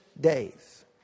days